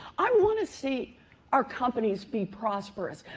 i want to see our companies be prosperous,